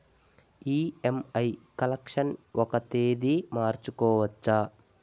EMI collection ఒక తేదీ మార్చుకోవచ్చా?